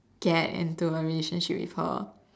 get into a relationship with her